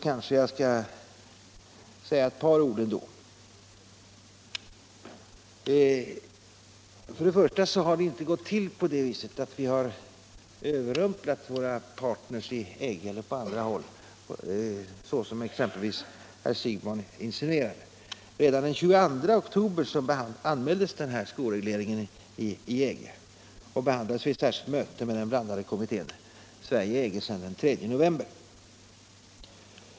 Först och främst har det inte gått till så att vi överrumplat våra partner i EG eller på andra håll, som herr Siegbahn insinuerade. Redan den 22 oktober anmäldes denna skoreglering och behandlades vid ett särskilt möte i den blandade kommittén Sverige-EG den 3 november.